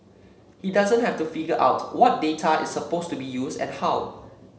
he doesn't have to figure out what data is supposed to be used and how